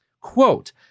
Quote